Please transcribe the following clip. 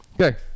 Okay